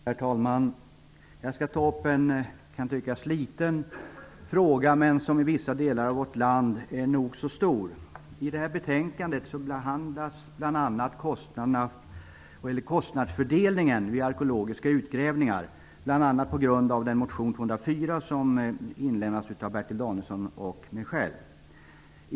Herr talman! Jag skall ta upp en fråga som kan tyckas vara liten, men som i vissa delar av vårt land är nog så stor. I betänkandet behandlas bl.a. som har inlämnats av Bertil Danielsson och mig själv.